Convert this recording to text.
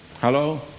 Hello